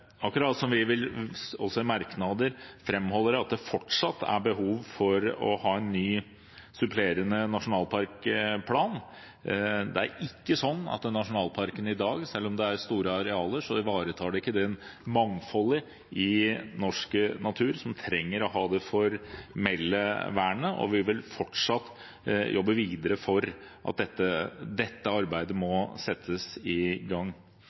akkurat som vi også i merknader framholder at det fortsatt er behov for å ha en ny, supplerende nasjonalparkplan. Det er ikke slik at nasjonalparkene i dag – selv om det er store arealer – ivaretar det mangfoldet i norsk natur som trenger å ha det formelle vernet, og vi vil fortsatt jobbe videre for at dette arbeidet må settes i gang.